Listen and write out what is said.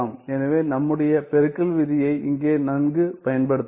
எனவே நம்முடைய பெருக்கல் விதியை இங்கே நன்கு பயன்படுத்தலாம்